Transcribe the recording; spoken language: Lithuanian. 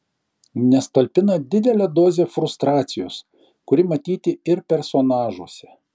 nes talpina didelę dozę frustracijos kuri matyti ir personažuose